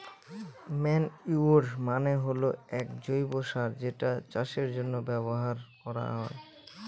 manure মানে হল এক জৈব সার যেটা চাষের জন্য ব্যবহার করা হয়